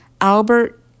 Albert